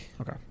okay